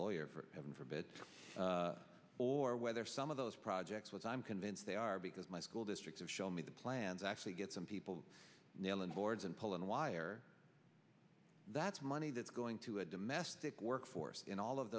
lawyer for heaven forbid or whether some of those projects which i'm convinced they are because my school districts are show me the plans actually get some people nailing boards and pull in the wire that's money that's going to a domestic work force in all of